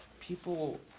people